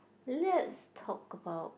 let's talk about